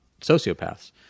sociopaths